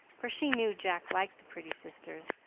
for she knew jack liked the pretty sisters,